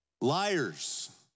Liars